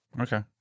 Okay